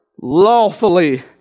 Lawfully